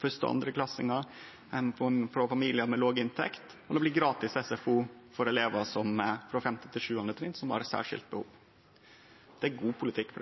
og 2.-klassingar frå familiar med låg inntekt, og det blir gratis SFO for elevar på 5.–7. trinn som har eit særskilt behov. Det er god politikk.